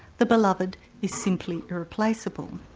the beloved is simply irreplaceable.